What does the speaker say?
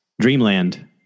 Dreamland